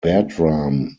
bertram